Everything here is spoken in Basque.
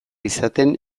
izaten